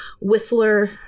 Whistler